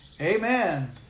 Amen